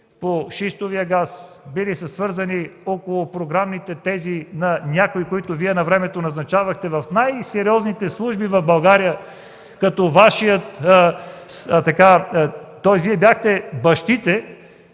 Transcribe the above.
по шистовия газ, били са свързани с програмните тези на някои, които Вие навремето назначавахте в най-сериозните служби в България, тоест Вие бяхте бащите